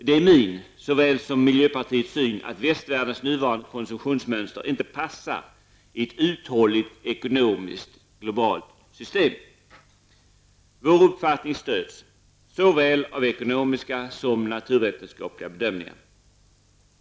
Det är min, såväl som miljöpartiets, syn att västvärldens nuvarande konsumtionsmönster inte passar i ett uthålligt ekonomiskt globalt system. Vår uppfattning stöds av såväl ekonomiska som naturvetenskapliga bedömningar.